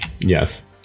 yes